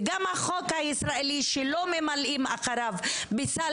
וגם החוק הישראלי - שלא ממלאים אחריו בסל